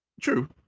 true